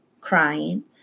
crying